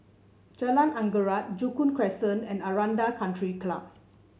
Jalan Anggerek Joo Koon Crescent and Aranda Country Club